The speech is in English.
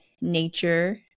nature